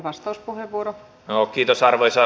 arvoisa puhemies